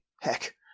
Heck